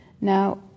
Now